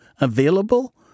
available